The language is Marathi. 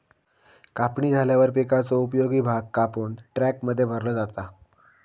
कापणी झाल्यावर पिकाचो उपयोगी भाग कापून ट्रकमध्ये भरलो जाता